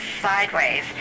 sideways